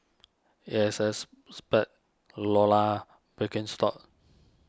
A S S Spade Lora Birkenstock